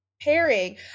pairing